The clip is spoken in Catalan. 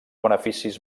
beneficis